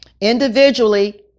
individually